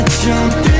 jump